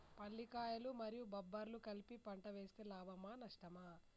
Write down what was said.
పల్లికాయలు మరియు బబ్బర్లు కలిపి పంట వేస్తే లాభమా? నష్టమా?